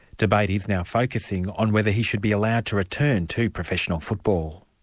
debate is now focusing on whether he should be allowed to return to professional football.